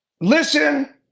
listen